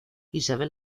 isabel